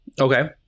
Okay